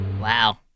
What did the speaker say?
Wow